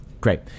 great